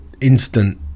instant